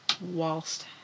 whilst